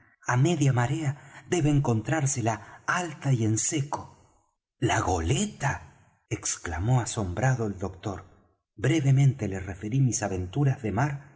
á media marea debe encontrársela alta y en seco la goleta exclamó asombrado el doctor brevemente le referí mis aventuras de mar